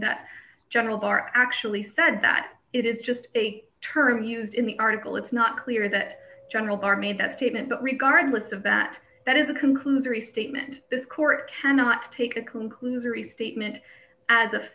that generals are actually said that it is just a term used in the article it's not clear that general are made that statement but regardless of that that is a conclusory statement this court cannot take a conclusory statement as of